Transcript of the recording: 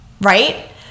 right